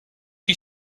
you